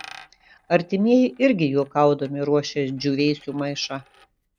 artimieji irgi juokaudami ruošia džiūvėsių maišą